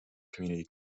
community